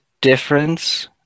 difference